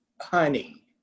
honey